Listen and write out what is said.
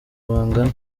bangana